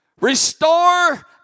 restore